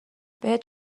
بهت